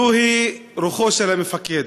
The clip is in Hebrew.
זו רוחו של המפקד.